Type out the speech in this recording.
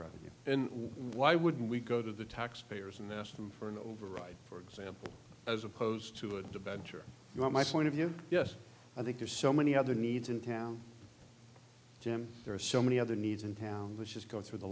revenue and why would we go to the taxpayers and ask them for an override for example as opposed to a de berenger you want my point of view yes i think there's so many other needs in town jim there are so many other needs in town let's just go through the